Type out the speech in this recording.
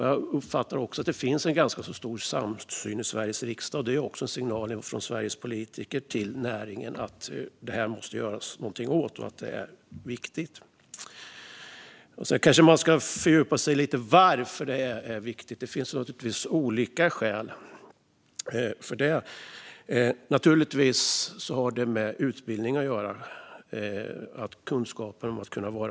Jag uppfattar att det finns en ganska stor samsyn i Sveriges riksdag. Det är också en signal från Sveriges politiker till näringen om att det måste göras någonting åt detta och att det är viktigt. Sedan kanske man ska fördjupa sig lite i varför det är viktigt. Det finns naturligtvis olika skäl. Det har naturligtvis med utbildning att göra - kunskap om att vara på sjön.